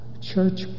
Church